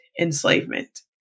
enslavement